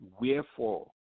wherefore